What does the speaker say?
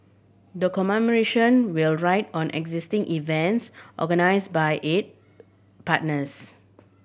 the commemoration will ride on existing events organise by it partners